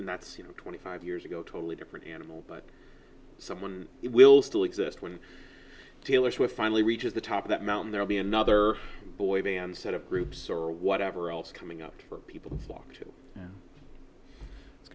and that's you know twenty five years ago totally different animal but someone will still exist when taylor swift finally reaches the top of that mountain there'll be another boy band set of groups or whatever else coming up for people flock to